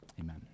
Amen